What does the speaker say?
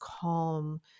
calm